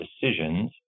decisions